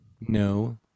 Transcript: No